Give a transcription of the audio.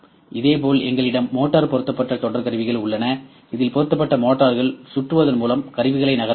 இதேபோல் எங்களிடம் மோட்டார் பொருத்தப்பட்ட தொடர் கருவிகள் உள்ளன இதில் பொருத்தப்பட்ட மோட்டார்கள் சுற்றுவதன் மூலம் கருவிகளை நகர்த்தலாம்